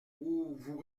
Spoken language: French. vous